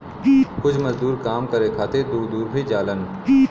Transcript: कुछ मजदूर काम करे खातिर दूर दूर भी जालन